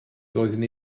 doeddwn